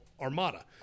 Armada